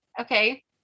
okay